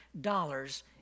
dollars